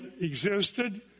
existed